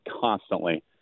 constantly